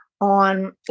on